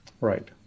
Right